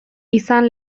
izan